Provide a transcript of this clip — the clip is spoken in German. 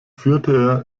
führte